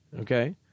okay